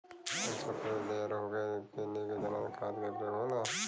अच्छा फसल तैयार होके के लिए कितना खाद के प्रयोग होला?